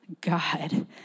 God